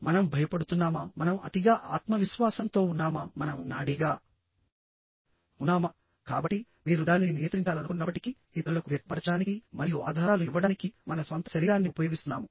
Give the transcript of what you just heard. మనం భయపడుతున్నామామనం అతిగా ఆత్మవిశ్వాసంతో ఉన్నామామనం నాడీగా ఉన్నామాకాబట్టి మీరు దానిని నియంత్రించాలనుకున్నప్పటికీఇతరులకు వ్యక్తపరచడానికి మరియు ఆధారాలు ఇవ్వడానికి మన స్వంత శరీరాన్ని ఉపయోగిస్తున్నాము